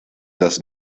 los